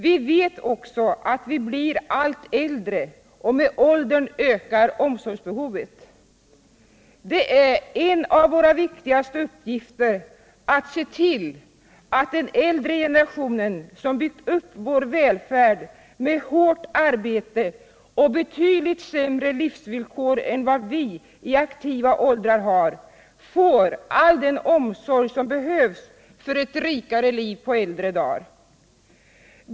Vi vet också att vi blir allt äldre och att med åldern ökar omsorgsbehovet. En av våra viktigaste uppgifter är att se till att den äldre generationen, som byggt upp vår välfärd med hårt arbete och på betydligt sämre livsvillkor än vad vi i aktiva åldrar har, får all den omsorg som behövs för ett rikare liv på äldre dagar.